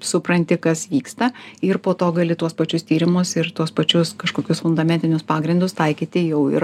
supranti kas vyksta ir po to gali tuos pačius tyrimus ir tuos pačius kažkokius fundamentinius pagrindus taikyti jau ir